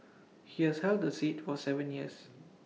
he has held the seat for Seven years